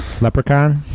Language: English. Leprechaun